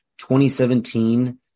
2017